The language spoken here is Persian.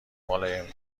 ملایم